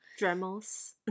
Dremels